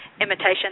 imitation